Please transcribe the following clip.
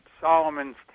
Solomon's